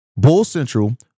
BULLCENTRAL